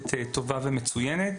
כמועמדת טובה ומצוינת.